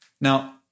Now